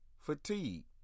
Fatigue